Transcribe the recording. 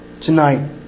Tonight